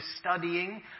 studying